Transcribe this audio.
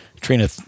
Trina